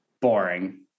Boring